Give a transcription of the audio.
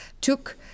took